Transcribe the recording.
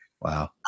Wow